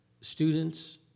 students